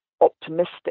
optimistic